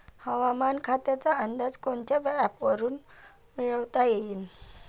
हवामान खात्याचा अंदाज कोनच्या ॲपवरुन मिळवता येईन?